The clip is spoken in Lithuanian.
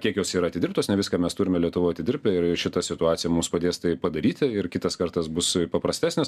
kiek jos yra atidirbtos ne viską mes turime lietuvoj atidirbę ir šita situacija mums padės tai padaryti ir kitas kartas bus paprastesnis